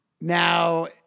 Now